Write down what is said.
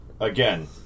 Again